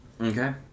Okay